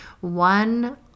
One